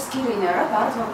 skyriuj nėra pertvarų